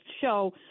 show